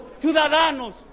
ciudadanos